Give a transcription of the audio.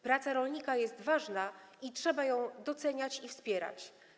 Praca rolnika jest ważna i trzeba ją doceniać i wspierać.